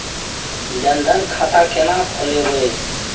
जनधन खाता केना खोलेबे?